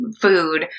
food